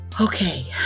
Okay